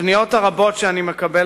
הפניות הרבות שאני מקבל,